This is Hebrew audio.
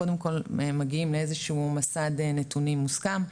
קודם כל מגיעים לאיזה שהוא מסד נתונים מוסכם,